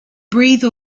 breathe